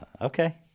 Okay